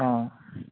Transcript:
অঁ